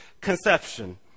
conception